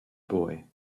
boy